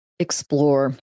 explore